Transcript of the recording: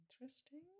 interesting